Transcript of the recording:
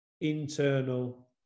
internal